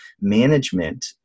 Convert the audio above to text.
management